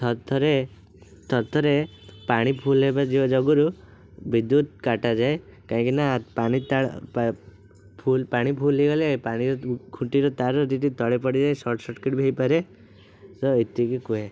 ଥରେ ଥରେ ଥରେ ଥରେ ପାଣି ଫୁଲ୍ ହେବା ଯୋଗୁରୁ ବିଦ୍ୟୁତ୍ କାଟାଯାଏ କାହିଁକିନା ପାଣିଟା ପାଣି ଫୁଲ୍ ହୋଇଗଲେ ପାଣିରୁ ଖୁଣ୍ଟିରୁ ତାର ଯିଦି ତଳେ ପଡ଼ିଯାଇ ସର୍ଟ ସର୍କିଟ୍ ବି ହେଇପାରେ ତ ଏତିକି କୁହେ